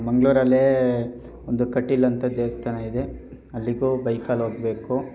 ಮಂಗಳೂರಲ್ಲೇ ಒಂದು ಕಟೀಲು ಅಂತ ದೇವಸ್ಥಾನ ಇದೆ ಅಲ್ಲಿಗೂ ಬೈಕಲ್ಲಿ ಹೋಗ್ಬೇಕು